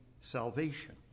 salvation